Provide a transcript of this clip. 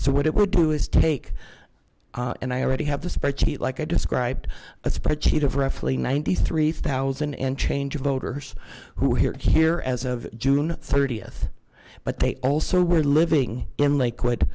what it will do is take and i already have the spreadsheet like i described a spreadsheet of roughly ninety three thousand and change of voters who here here as of june thirtieth but they also were living in lakewood